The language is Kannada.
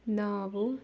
ನಾವು